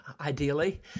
ideally